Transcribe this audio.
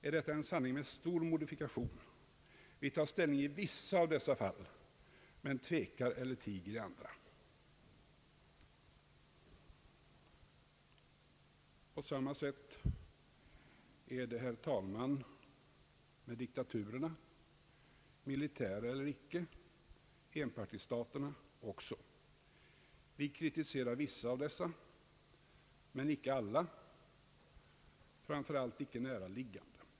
Men detta är en sanning med stor modifikation. Vi tar ställning i vissa av dessa fall men tvekar eller tiger i andra. På samma sätt är det, herr talman, med diktaturerna, militära eller icke, enpartistaterna också. Vi kritiserar vissa av dem men icke alla, framför allt icke nära liggande.